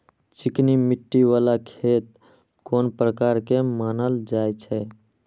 चिकनी मिट्टी बाला खेत कोन प्रकार के मानल जाय छै?